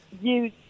use